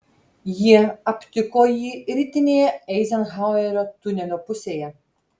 jie aptiko jį rytinėje eizenhauerio tunelio pusėje